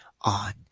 on